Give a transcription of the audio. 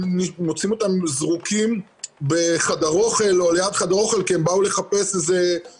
מוצאים אותם זרוקים בחדר אוכל או ליד חדר אוכל כי הם באו לחפש קצת